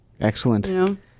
Excellent